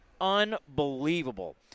Unbelievable